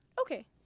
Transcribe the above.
okay